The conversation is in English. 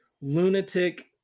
lunatic